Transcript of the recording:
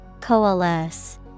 Coalesce